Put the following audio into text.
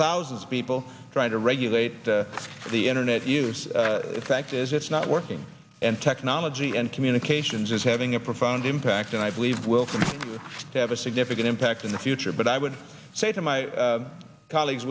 thousands of people trying to regulate the internet use the fact is it's not working and technology and communications is having a profound impact and i believe will come to have a significant impact in the future but i would say to my colleagues